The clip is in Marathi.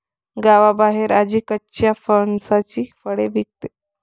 गावाबाहेर आजी कच्च्या फणसाची फळे विकते